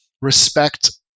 respect